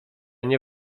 nie